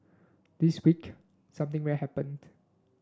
this week something rare happened